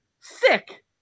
sick